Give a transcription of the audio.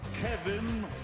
Kevin